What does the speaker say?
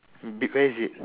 big where is it